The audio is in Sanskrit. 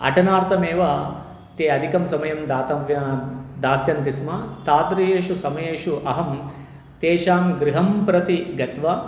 अटनार्थमेव ते अधिकं समयं दातव्यान् दास्यन्ति स्म तादृशेषु समयेषु अहं तेषां गृहं प्रति गत्वा